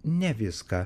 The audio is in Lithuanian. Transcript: ne viską